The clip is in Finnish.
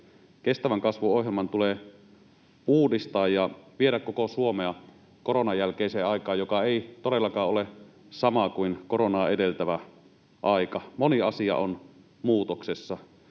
kestävän kasvun ohjelman tulee uudistaa ja viedä koko Suomea koronan jälkeiseen aikaan, joka ei todellakaan ole sama kuin koronaa edeltävä aika. Moni asia on muutoksessa,